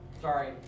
Sorry